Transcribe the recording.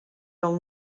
del